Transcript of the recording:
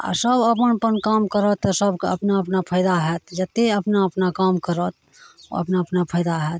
आओर सभ अपन अपन काम करत तऽ सभकेँ अपना अपना फैदा हैत जतेक अपना अपना काम करत अपना अपना फैदा हैत